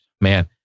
man